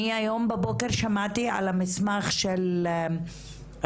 אני היום בבוקר שמעתי על המסמך של קבוצה